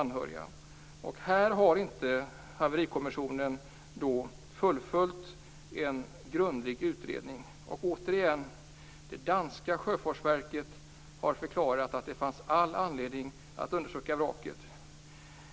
I fråga om detta har Haverikommissionen inte fullföljt en grundlig utredning. Det danska sjöfartsverket har förklarat att det fanns all anledning att undersöka vraket.